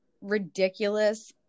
ridiculous